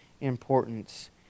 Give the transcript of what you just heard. importance